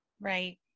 Right